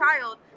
child